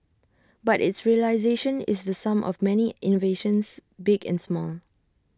but its realisation is the sum of many innovations big and small